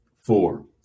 Four